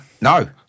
No